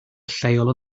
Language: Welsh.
lleol